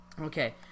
Okay